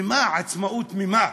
עצמאות ממה?